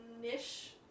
niche